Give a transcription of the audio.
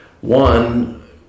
One